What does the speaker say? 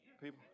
people